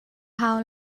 hau